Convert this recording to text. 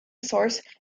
source